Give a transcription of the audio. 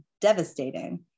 devastating